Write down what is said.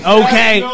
okay